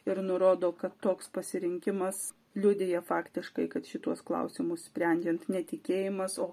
ir nurodo kad toks pasirinkimas liudija faktiškai kad šituos klausimus sprendžiant ne tikėjimas o